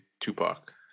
Tupac